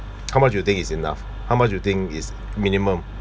how much you think is enough how much you think is minimum